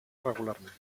regularment